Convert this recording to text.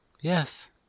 Yes